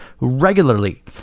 regularly